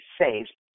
saved